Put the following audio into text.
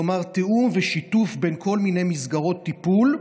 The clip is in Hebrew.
כלומר, תיאום ושיתוף בין כל מיני מסגרות טיפול,